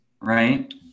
Right